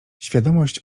świadomość